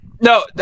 no